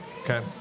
Okay